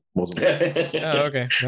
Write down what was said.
okay